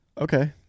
Okay